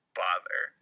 bother